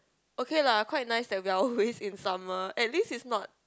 okay lah quite nice that we are always in summer at least it's not